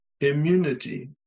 Immunity